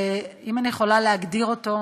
ואם אני יכולה להגדיר אותו,